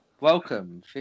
Welcome